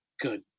good